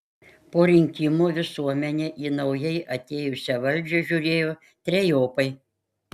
po rinkimų visuomenė į naujai atėjusią valdžią žiūrėjo trejopai